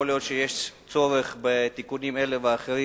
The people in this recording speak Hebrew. יכול להיות שיש צורך בתיקונים אלה ואחרים,